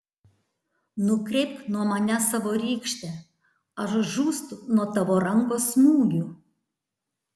nukreipk nuo manęs savo rykštę aš žūstu nuo tavo rankos smūgių